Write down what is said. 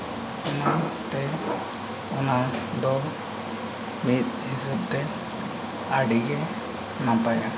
ᱚᱱᱟᱛᱮ ᱚᱱᱟ ᱫᱚ ᱢᱤᱫ ᱦᱤᱥᱟᱵᱽᱛᱮ ᱟᱹᱰᱤ ᱜᱮ ᱱᱟᱯᱟᱭᱟ